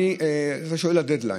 אתה שואל על הדד-ליין.